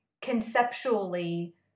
conceptually